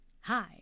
hi